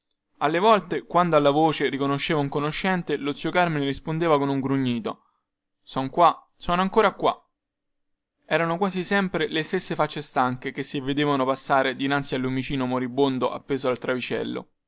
alle volte quando alla voce riconosceva un conoscente lo zio carmine rispondeva con un grugnito son qua sono ancora qua erano quasi sempre le stesse facce stanche che si vedevano passare dinanzi al lumicino moribondo appeso al travicello